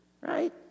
right